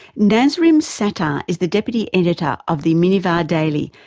nazim satter is the deputy editor of the minivan daily,